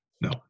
No